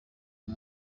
uyu